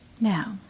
Now